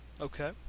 Okay